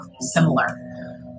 similar